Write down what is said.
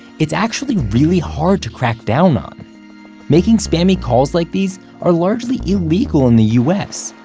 it's actually really hard to crack down on making spammy calls like these, are largely illegal in the us.